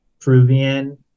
peruvian